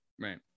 Right